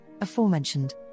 aforementioned